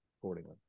accordingly